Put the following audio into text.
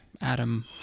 Adam